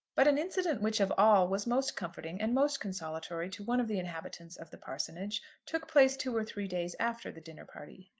but an incident which of all was most comforting and most consolatory to one of the inhabitants of the parsonage took place two or three days after the dinner-party.